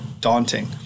daunting